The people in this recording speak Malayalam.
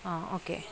ആ ഓക്കെ